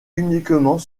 uniquement